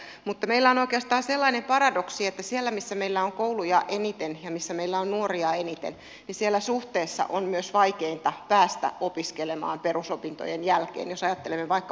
mutta meillä on oikeastaan sellainen paradoksi että siellä missä meillä on kouluja eniten ja missä meillä on nuoria eniten suhteessa on myös vaikeinta päästä opiskelemaan perusopintojen jälkeen jos ajattelemme vaikkapa pääkaupunkiseutua